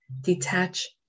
detach